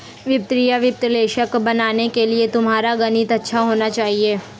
वित्तीय विश्लेषक बनने के लिए तुम्हारा गणित अच्छा होना चाहिए